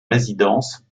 résidence